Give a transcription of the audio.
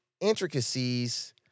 intricacies